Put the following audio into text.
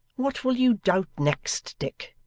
what will you doubt next, dick